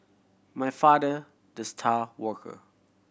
my father the star worker